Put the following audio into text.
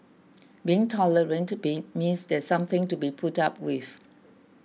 being tolerant be means there's something to be put up with